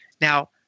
Now